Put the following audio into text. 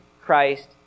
Christ